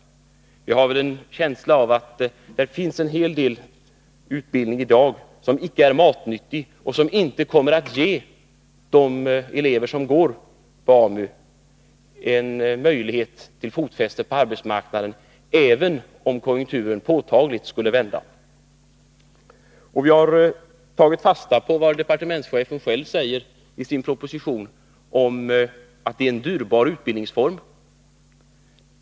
Jag har en känsla av att det i dag finns en hel del utbildning som icke är matnyttig och som inte kommer att ge de elever som genomgår AMU en möjlighet till fotfäste på arbetsmarknaden, även om konjunkturen påtagligt skulle vända. Vi har tagit fasta på vad departementschefen själv säger i sin proposition, nämligen att AMU är en dyrbar utbildningsform.